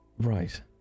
Right